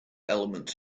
elements